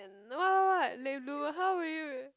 and what what what how would you